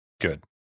good